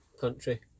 country